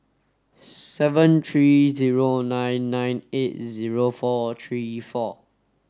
seven three zero nine nine eight zero four three four